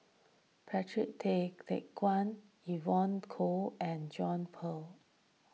Patrick Tay Teck Guan Evon Kow and John Eber